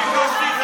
לא, לא.